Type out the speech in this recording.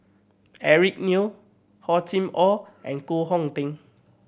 Eric Neo Hor Chim Or and Koh Hong Teng